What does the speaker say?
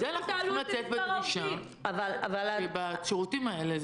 אלה שירותים ישירים של משרד הרווחה ומדובר בשערורייה,